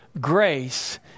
grace